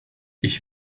ich